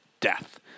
death